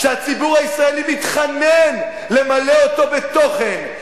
שהציבור הישראלי מתחנן למלא אותו בתוכן,